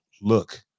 look